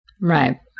Right